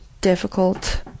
difficult